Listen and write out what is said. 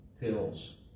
pills